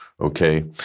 okay